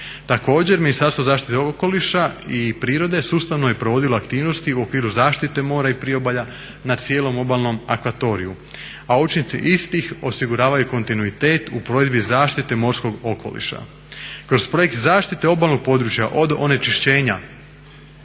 Također, Ministarstvo zaštite okoliša i prirode sustavno je provodilo aktivnosti u okviru zaštite mora i priobalja na cijelom obalnom akvatoriju. A učinci istih osiguravaju kontinuitet u provedbi zaštite morskog okoliša. Kroz projekt zaštite obalnog područja od onečišćenja